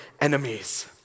enemies